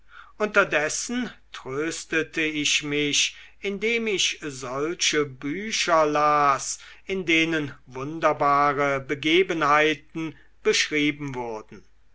unterdessen tröstete ich mich indem ich solche bücher las in denen wunderbare begebenheiten beschrieben wurden